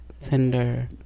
Tinder